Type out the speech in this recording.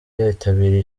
yitabiriye